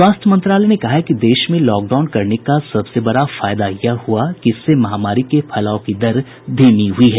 स्वास्थ्य मंत्रालय ने कहा है कि देश में लॉकडाउन करने का सबसे बड़ा फायदा यह हुआ है कि इससे महामारी के फैलाव की दर धीमी हुई है